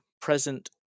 present